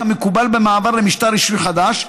כמקובל במעבר למשטר רישוי חדש,